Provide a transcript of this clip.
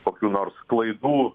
kokių nors klaidų